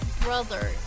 brother